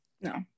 No